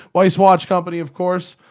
weisswatchcompany of course,